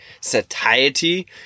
satiety